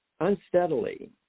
unsteadily